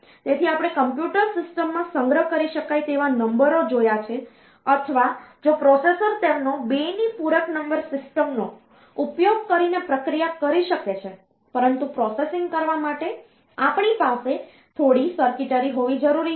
તેથી આપણે કમ્પ્યુટર સિસ્ટમમાં સંગ્રહ કરી શકાય તેવા નંબરો જોયા છે અથવા જો પ્રોસેસર તેમનો 2 ની પૂરક નંબર સિસ્ટમનો ઉપયોગ કરીને પ્રક્રિયા કરી શકે છે પરંતુ પ્રોસેસિંગ કરવા માટે આપણી પાસે થોડી સર્કિટરી હોવી જરૂરી છે